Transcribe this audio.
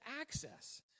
access